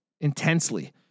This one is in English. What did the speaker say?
intensely